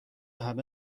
همه